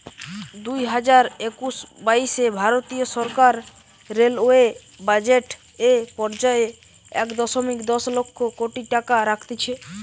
দুইহাজার একুশ বাইশে ভারতীয় সরকার রেলওয়ে বাজেট এ পর্যায়ে এক দশমিক দশ লক্ষ কোটি টাকা রাখতিছে